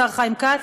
השר חיים כץ.